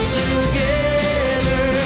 together